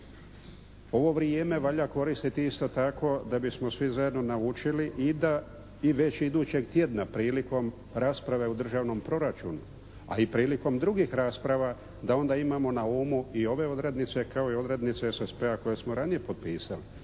ovo vrijeme valja koristiti isto tako da bismo svi zajedno naučili i da već idućeg tjedna prilikom rasprave o državnom proračunu, a i prilikom drugih rasprava da onda imamo na umu i ove odrednice kao i odrednice SSP-a koje smo ranije potpisali.